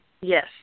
Yes